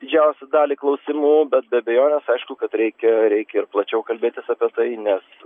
didžiausią dalį klausimų bet be abejonės aišku kad reikia reikia ir plačiau kalbėtis apie tai nes